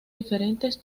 diferentes